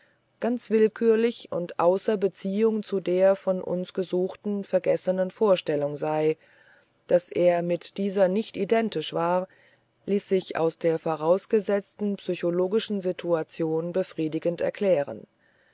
ganz willkürlich und außer beziehung zu der von uns gesuchten vergessenen vorstellung sei daß er mit dieser nicht identisch war ließ sich aus der vorausgesetzten psychologischen situation befriedigend erklären